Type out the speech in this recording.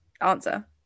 answer